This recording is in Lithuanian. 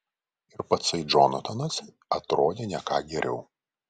ir patsai džonatanas atrodė ne ką geriau